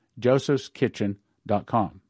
Josephskitchen.com